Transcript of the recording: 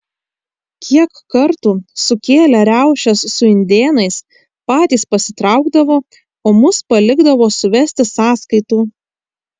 kiek kartų sukėlę riaušes su indėnais patys pasitraukdavo o mus palikdavo suvesti sąskaitų